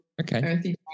Okay